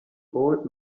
old